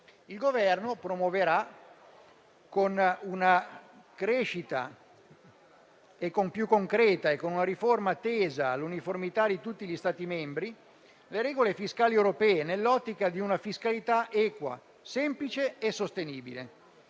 Il Governo promuoverà, con una crescita più concreta e con una riforma tesa all'uniformità di tutti gli Stati membri, le regole fiscali europee, nell'ottica di una fiscalità equa, semplice e sostenibile.